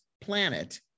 planet